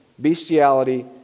bestiality